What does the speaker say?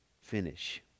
finish